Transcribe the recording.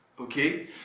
okay